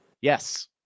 Yes